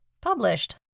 published